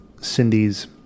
cindy's